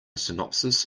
synopsis